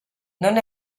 non